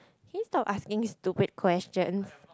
can you stop asking these stupid questions